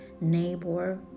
neighbor